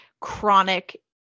chronic